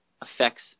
affects